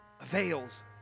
avails